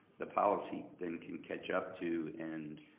the policy then can catch up to and